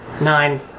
Nine